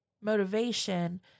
Motivation